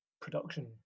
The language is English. production